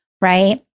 right